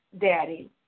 Daddy